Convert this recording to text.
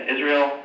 Israel